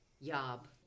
Yob